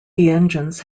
engines